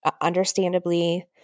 understandably